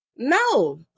No